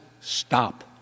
stop